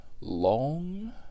long